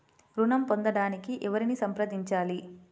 ఋణం పొందటానికి ఎవరిని సంప్రదించాలి?